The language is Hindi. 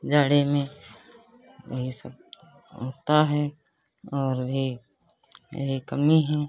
जाड़े में भाई यही सब होता है और भी यही कमी है